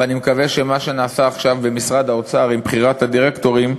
ואני מקווה שמה שנעשה עכשיו במשרד האוצר עם בחירת הדירקטורים,